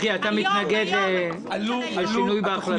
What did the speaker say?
צחי, אתה מתנגד לשינוי בהחלטה.